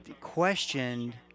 questioned